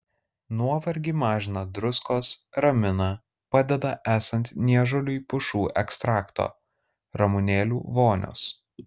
nuovargį mažina druskos ramina padeda esant niežuliui pušų ekstrakto ramunėlių vonios